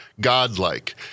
godlike